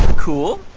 cool,